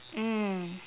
mm